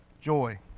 joy